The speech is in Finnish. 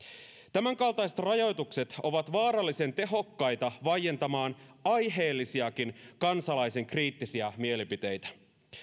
tämänkaltaiset rajoitukset ovat vaarallisen tehokkaita vaientamaan aiheellisiakin kansalaisen kriittisiä mielipiteitä